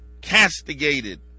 castigated